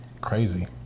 crazy